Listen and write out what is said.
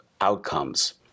outcomes